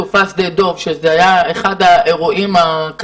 אנחנו מצפים שהם יעמדו על הרגליים עם